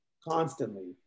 constantly